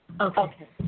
Okay